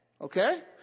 Okay